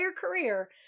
career